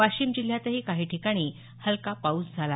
वाशिम जिल्ह्यातही काही ठिकाणी हलका पाऊस झाला